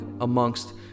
amongst